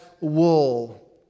wool